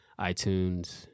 iTunes